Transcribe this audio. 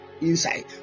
inside